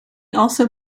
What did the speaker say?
also